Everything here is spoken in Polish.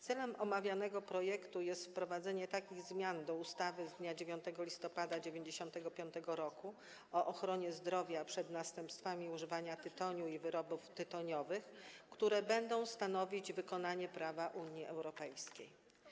Celem omawianego projektu jest wprowadzenie takich zmian do ustawy z dnia 9 listopada 1995 r. o ochronie zdrowia przed następstwami używania tytoniu i wyrobów tytoniowych, które będą stanowić wykonanie prawa Unii Europejskiej.